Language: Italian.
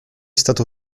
stato